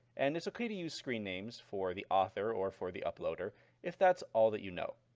and it's okay to use screen names for the author or for the uploader if that's all that you know.